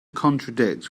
contradict